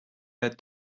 that